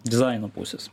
dizaino pusės